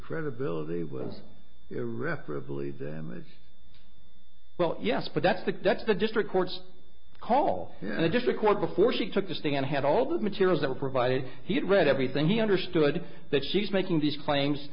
credibility with irreparably damaged well yes but that's the that's the district courts call the district court before she took the stand had all the materials that were provided he had read everything he understood that she was making these claims